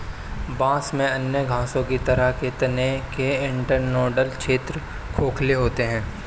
बांस में अन्य घासों की तरह के तने के इंटरनोडल क्षेत्र खोखले होते हैं